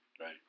Right